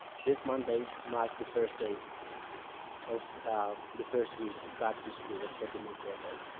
this monday marked the first day of of the first week back to school for the new quarter.